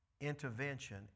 intervention